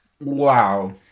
Wow